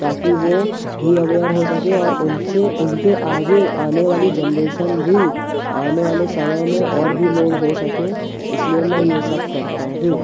ताकि वह भी अवेयर हो सकें और उनसे उनके आगे आने वाली जनरेशन भी आने वाले समय में और भी लोग हो सकें इसलिए मैं यह सब करता हूँ